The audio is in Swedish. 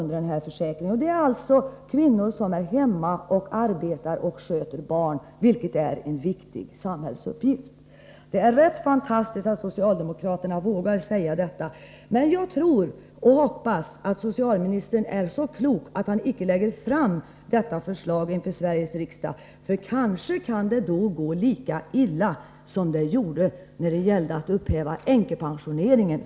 Det gäller alltså kvinnor som arbetar hemma och som sköter barn — och det är en viktig samhällsuppgift. Det är ganska fantastiskt att socialdemokraterna vågar uttala sig som man gjort. Jag tror emellertid, och hoppas, att socialministern är så klok att han icke presenterar det aktuella förslaget för Sveriges riksdag. Om han ändå gör det, kanske det går lika illa som det gjorde när det gällde att för gott upphäva änkepensioneringen.